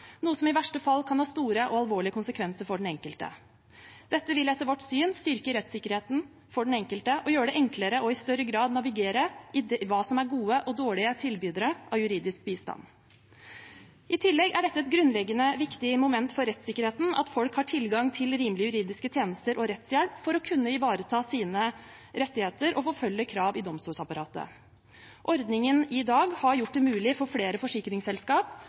noe som i verste fall kan ha store og alvorlige konsekvenser for den enkelte. Dette vil etter vårt syn styrke rettssikkerheten for den enkelte og gjøre det enklere i større grad å navigere i hva som er gode og dårlige tilbydere av juridisk bistand. I tillegg er det et grunnleggende viktig moment for rettssikkerheten at folk har tilgang til rimelige juridiske tjenester og rettshjelp for å kunne ivareta sine rettigheter og forfølge krav i domstolsapparatet. Ordningen i dag har gjort det mulig for flere